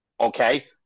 Okay